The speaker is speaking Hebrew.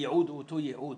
שהייעוד הוא אותו ייעוד